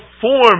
form